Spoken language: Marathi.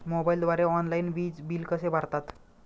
मोबाईलद्वारे ऑनलाईन वीज बिल कसे भरतात?